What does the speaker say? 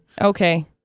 Okay